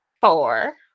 four